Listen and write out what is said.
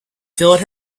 filled